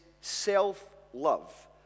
self-love